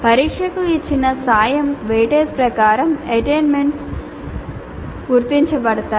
పరీక్షకు ఇచ్చిన శాతం వెయిటేజీల ప్రకారం attainments గుర్తించబడతాయి